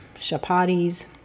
chapatis